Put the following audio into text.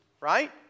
right